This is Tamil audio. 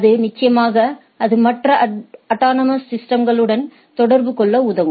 அது நிச்சயமாக அது மற்ற அட்டானமஸ் சிஸ்டம்களுடன் தொடர்பு கொள்ள உதவும்